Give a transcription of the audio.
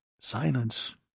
silence